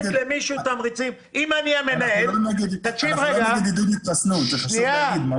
אנחנו לא נגד עידוד התחסנות, חשוב להגיד.